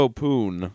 poon